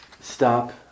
stop